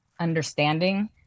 understanding